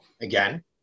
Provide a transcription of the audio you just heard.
again